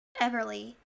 Everly